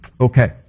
okay